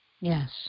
Yes